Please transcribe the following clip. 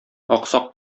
аксак